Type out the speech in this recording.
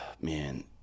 man